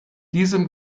diesem